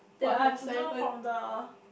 that I've to do from the